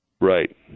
Right